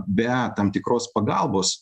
be tam tikros pagalbos